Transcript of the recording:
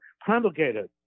promulgated